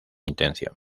intención